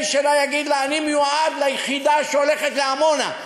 שלה יגיד לה: אני מיועד ליחידה שהולכת לעמונה,